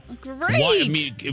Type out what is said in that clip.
Great